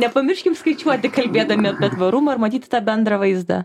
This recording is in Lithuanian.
nepamirškim skaičiuoti kalbėdami apie tvarumą ir matyti tą bendrą vaizdą